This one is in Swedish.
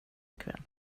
ikväll